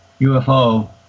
UFO